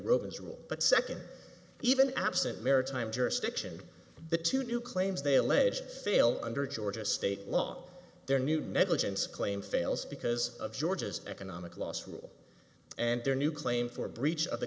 rovers rule but second even absent maritime jurisdiction the two new claims they allege fail under georgia state law their new negligence claim fails because of georgia's economic loss rule and their new claim for breach of the